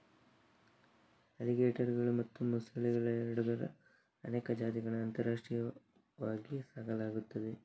ಅಲಿಗೇಟರುಗಳು ಮತ್ತು ಮೊಸಳೆಗಳೆರಡರ ಅನೇಕ ಜಾತಿಗಳನ್ನು ಅಂತಾರಾಷ್ಟ್ರೀಯವಾಗಿ ಸಾಕಲಾಗುತ್ತದೆ